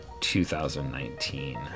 2019